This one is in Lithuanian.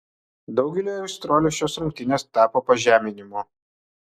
daugeliui aistruolių šios rungtynės tapo pažeminimu